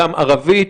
גם ערבית,